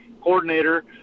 coordinator